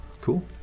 Cool